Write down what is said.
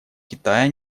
китая